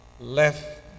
left